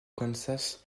kansas